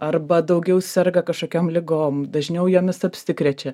arba daugiau serga kažkokiom ligom dažniau jomis apsikrečia